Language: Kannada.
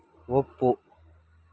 ಒಪ್ಪು